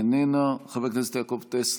איננה, חבר הכנסת יעקב טסלר,